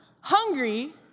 Hungry